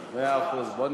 הודיע.